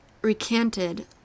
recanted